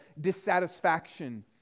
dissatisfaction